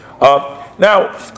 Now